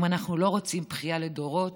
אם אנחנו לא רוצים בכייה לדורות,